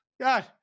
God